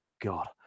God